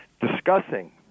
discussing